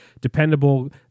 dependable